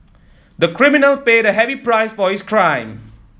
the criminal paid a heavy price for his crime